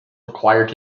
required